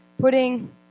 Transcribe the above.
putting